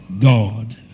God